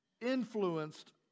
influenced